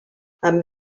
amb